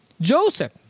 Joseph